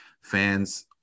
fans –